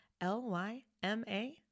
L-Y-M-A